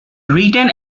written